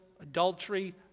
Adultery